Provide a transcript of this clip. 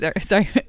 sorry